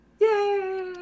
Yay